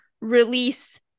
release